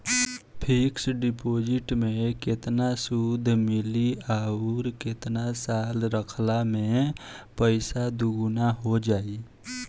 Fix deposit मे केतना सूद मिली आउर केतना साल रखला मे पैसा दोगुना हो जायी?